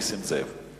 נסים זאב.